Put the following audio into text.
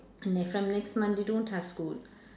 and then from next month they don't have school